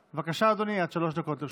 בבקשה, אדוני, עד שלוש דקות לרשותך.